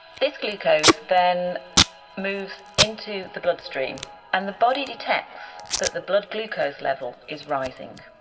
this glucose then moves into the bloodstream and the body detects that the blood glucose level is rising.